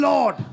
Lord